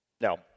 Now